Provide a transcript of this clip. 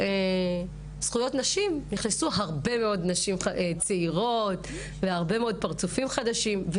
עבורזכויות נשים נכנסו הרבה מאוד נשים צעירות והרבה מאוד פרצופים חדשים.